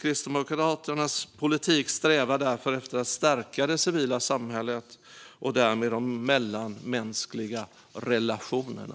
Kristdemokraternas politik strävar därför efter att stärka det civila samhället och därmed de mellanmänskliga relationerna.